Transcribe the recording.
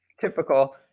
typical